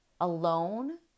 alone